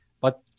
But-